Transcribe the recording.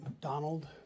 Donald